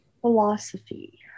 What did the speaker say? Philosophy